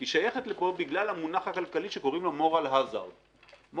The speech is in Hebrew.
היא שייכת לפה בגלל המונח הכלכלי שקוראים לוmoral hazard .